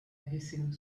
hissing